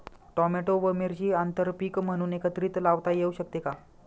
Tomato व मिरची आंतरपीक म्हणून एकत्रित लावता येऊ शकते का?